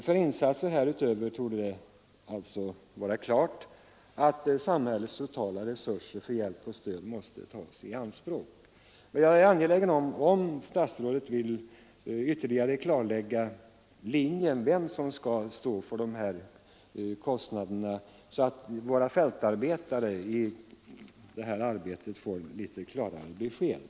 För insatser härutöver torde alltså samhällets övriga resurser för hjälp och stöd få tas i anspråk. Jag skulle önska att statsrådet klarare ville ange vem som skall stå för kostnaderna för familjevårdsverksamheten. Ett sådant uttalande skulle vara värdefullt för fältarbetarna på detta område.